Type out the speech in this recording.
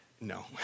No